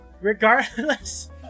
Regardless